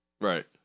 Right